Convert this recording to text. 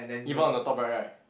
even on the top right right